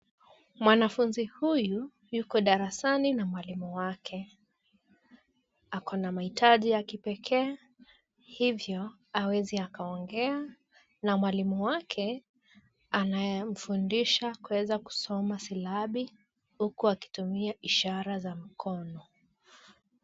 Mwanafunzi huyu yuko darasani na mwalimu wake. Ako na mahitaji ya kipekee hivyo hawezi akaongea na mwalimu wake anamfundisha kuweza kusoma silabi huku akitumia ishara za mkono.